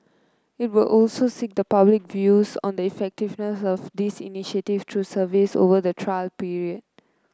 it will also seek the public views on the effectiveness of this initiative through surveys over the trial period